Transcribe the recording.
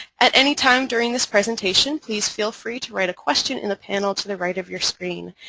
at any time during this presentation, please feel free to write a question in the panel to the right of your screen.